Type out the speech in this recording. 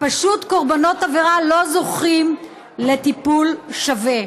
קורבנות עבירה פשוט לא זוכים לטיפול שווה.